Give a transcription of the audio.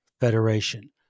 federation